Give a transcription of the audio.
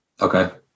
okay